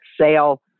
sale